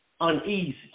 uneasy